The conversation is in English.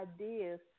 ideas